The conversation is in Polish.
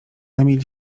emil